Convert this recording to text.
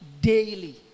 daily